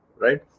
right